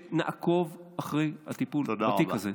שנעקוב אחרי הטיפול בתיק הזה.